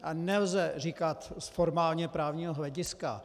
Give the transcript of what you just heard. A nelze říkat z formálně právního hlediska.